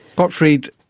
gottfried,